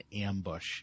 ambush